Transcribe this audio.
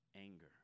Anger